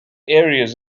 areas